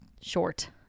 short